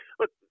look